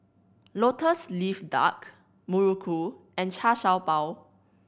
Lotus Leaf Duck muruku and Char Siew Bao